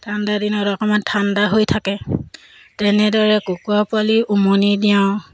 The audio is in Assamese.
ঠাণ্ডাদিনত অকণমান ঠাণ্ডা হৈ থাকে তেনেদৰে কুকুৰা পোৱালি উমনি দিয়াওঁ